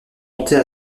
montait